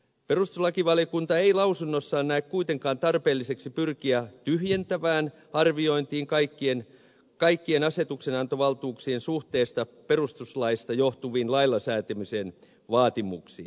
perustuslakivaliokunta ei lausunnossaan näe kuitenkaan tarpeelliseksi pyrkiä tyhjentävään arviointiin kaikkien asetuksenantovaltuuksien suhteesta perustuslaista johtuviin lailla säätämisen vaatimuksiin